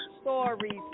stories